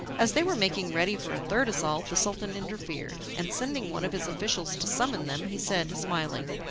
as they were making ready for a third assault the sultan interfered, and, sending one of his officials to summon them, he said smiling,